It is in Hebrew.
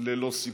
ללא סיפורים.